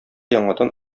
яңадан